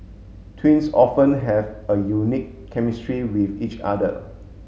twins often have a unique chemistry with each other